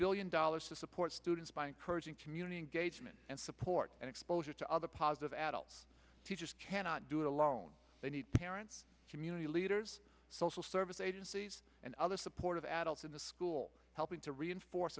billion dollars to support students by encouraging community engagement and support and exposure to other positive adults she just cannot do it alone they need parents community leaders social service agencies and other support of adults in the school helping to reinforce